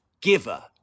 giver